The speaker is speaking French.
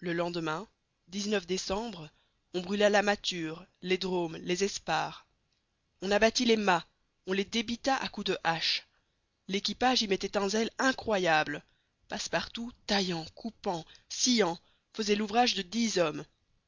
le lendemain décembre on brûla la mâture les dromes les esparres on abattit les mâts on les débita à coups de hache l'équipage y mettait un zèle incroyable passepartout taillant coupant sciant faisait l'ouvrage de dix hommes